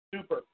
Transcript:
Super